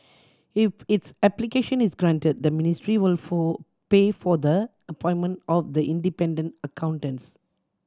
if its application is granted the ministry will for pay for the appointment of the independent accountants